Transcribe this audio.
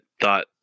thought